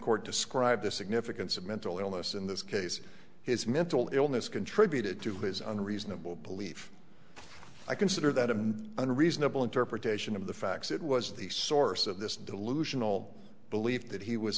court described the significance of mental illness in this case his mental illness contributed to his on reasonable belief i consider that a unreasonable interpretation of the facts it was the source of this delusional belief that he was